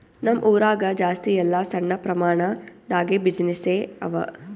ನಮ್ ಊರಾಗ ಜಾಸ್ತಿ ಎಲ್ಲಾ ಸಣ್ಣ ಪ್ರಮಾಣ ದಾಗೆ ಬಿಸಿನ್ನೆಸ್ಸೇ ಅವಾ